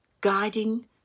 guiding